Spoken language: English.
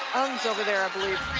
ungs over there, i believe